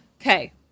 Okay